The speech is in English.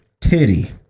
Titty